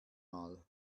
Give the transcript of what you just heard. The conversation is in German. mal